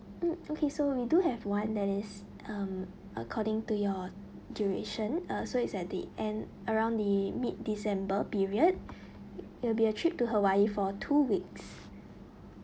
mm okay so we do have one that is um according to your duration uh so it's at the end around the mid december period it will be a trip to hawaii for two weeks